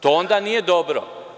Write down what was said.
To onda nije dobro.